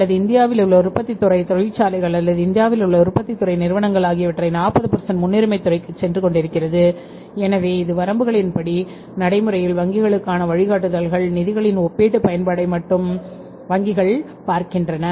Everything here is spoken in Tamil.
அல்லது இந்தியாவில் உள்ள உற்பத்தித் துறை தொழிற்சாலைகள் அல்லது இந்தியாவில் உள்ள உற்பத்தித் துறை நிறுவனங்கள் ஆகியவற்றை 40 முன்னுரிமைத் துறைக்குச் சென்று கொண்டிருக்கிறது எனவே இது வரம்புகளின் படி நடைமுறையில் வங்கிகளுக்கான வழிகாட்டுதல்கள் நிதிகளின் ஒப்பீட்டு பயன்பாட்டை மட்டும் வங்கிகள் பார்க்கின்றன